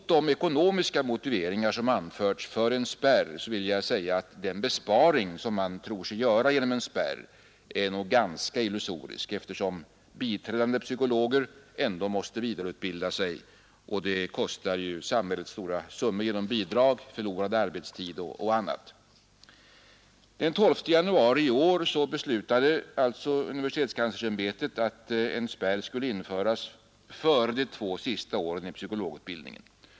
Mot den ekonomiska motivering som har anförts för en spärr vill jag säga, att den besparing som man tror sig göra genom en spärr nog är ganska illusorisk eftersom biträdande psykologer ändå måste vidareutbilda sig, vilket ju kostar samhället stora summor genom bidrag, förlorad arbetstid och annat. Den 12 januari i år beslöt universitetskanslersämbetet att en spärr skulle införas före de två sista åren i psykologutbildningen.